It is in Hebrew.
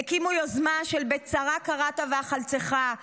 הקימו יוזמה של "בצרה קראת ואחלצך",